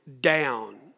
down